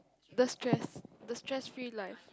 the stress the stress free life